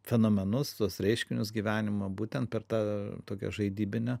fenomenus tuos reiškinius gyvenimo būtent per tą tokią žaidybinę